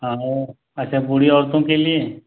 हाँ हाँ अच्छा बूढ़ी औरतों के लिए